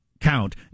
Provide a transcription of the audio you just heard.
count